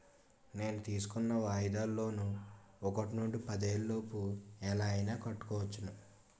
నేను తీసుకున్న వాయిదాల లోన్ ఒకటి నుండి పదేళ్ళ లోపు ఎలా అయినా కట్టుకోవచ్చును